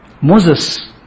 Moses